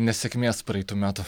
nesėkmės praeitų metų